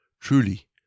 Truly